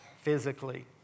physically